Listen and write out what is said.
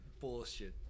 Bullshit